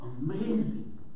amazing